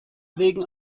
wegen